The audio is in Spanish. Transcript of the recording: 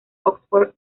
oxford